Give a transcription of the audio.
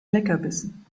leckerbissen